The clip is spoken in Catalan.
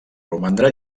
romandre